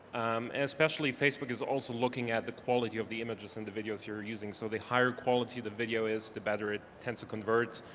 and especially facebook is also looking at the quality of the images and the videos you're using, so the higher quality the video is the better it tends to convert,